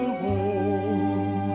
home